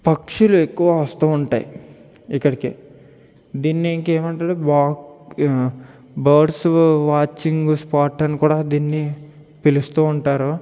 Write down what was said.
పక్షులు ఎక్కువ వస్తూ ఉంటాయి ఇక్కడికి దీన్ని ఇంకేమంటారో బాక్ బర్డ్స్ వో వాచింగ్ స్పాట్ అనే కూడా దీన్ని పిలిస్తూ ఉంటారు